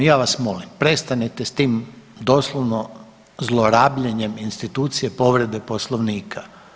Ja vas molim prestanite s tim doslovno zlorabljenjem institucije povrede poslovnika.